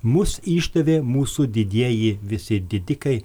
mus išdavė mūsų didieji visi didikai